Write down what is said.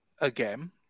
again